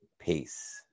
Peace